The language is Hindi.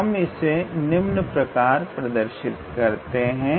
हम इसे निम्न प्रकार प्रदर्शित करते हैं